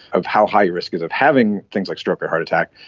of how high your risk is of having things like stroke or heart attack,